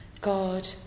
God